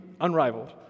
unrivaled